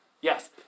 Yes